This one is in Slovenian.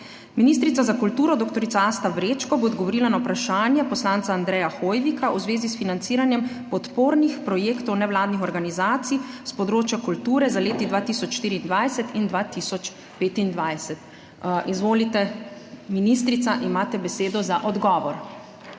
Ministrica za kulturo, dr. Asta Vrečko, bo odgovorila na vprašanje poslanca Andreja Hoivika v zvezi s financiranjem podpornih projektov nevladnih organizacij s področja kulture za leti 2024 in 2025. Izvolite ministrica, imate besedo za odgovor.